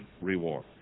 reward